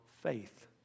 faith